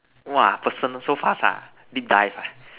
!wah! personal so fast ah big dive ah